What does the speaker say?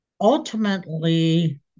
ultimately